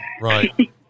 Right